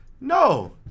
no